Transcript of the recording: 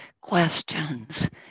questions